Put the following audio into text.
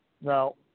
Now